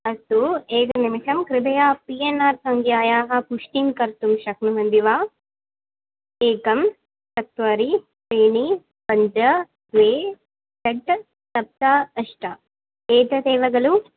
अस्तु एकं निमिषं कृपया पि एन् आर् सङ्ख्यायाः पुष्टिं कर्तुं शक्नुवन्ति वा एकं चत्वारि त्रीणि पञ्च द्वे षट् सप्त अष्ट एतदेव खलु